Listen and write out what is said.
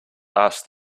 asked